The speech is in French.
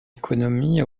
économie